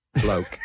bloke